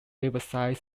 riverside